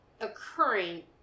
occurring